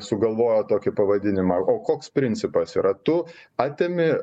sugalvojo tokį pavadinimą o koks principas yra tu atimi